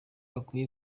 akwiye